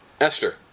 Esther